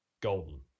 golden